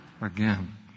Again